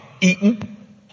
eaten